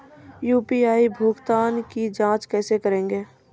UPI भुगतान की जाँच कैसे करेंगे?